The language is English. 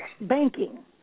banking